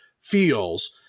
feels